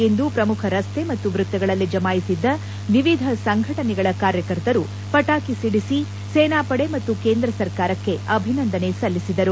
ಇಂದು ಶ್ರಮುಖ ರಸ್ತೆ ಮತ್ತು ವೃತ್ತಗಳಲ್ಲಿ ಜಮಾಯಿಸಿದ್ದ ವಿವಿಧ ಸಂಘಟನೆಗಳ ಕಾರ್ಯಕರ್ತರು ಪಟಾಕಿ ಸಿಡಿಸಿ ಸೇನಾಪಡೆ ಮತ್ತು ಕೇಂದ್ರ ಸರ್ಕಾರಕ್ಕೆ ಅಭಿನಂದನೆ ಸಲ್ಲಿಸಿದರು